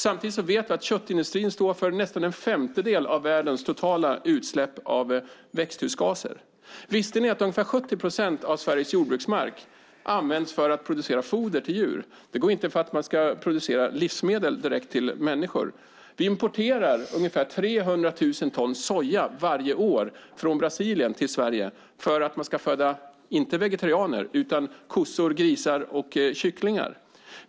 Samtidigt vet vi att köttindustrin står för nästan en femtedel av världens totala utsläpp av växthusgaser. Visste ni att ungefär 70 procent av Sveriges jordbruksmark används för att producera foder till djur och inte till att producera livsmedel direkt till människor? Vi importerar ungefär 300 000 ton soja varje år från Brasilien - inte för att föda vegetarianer utan kossor, grisar och kycklingar.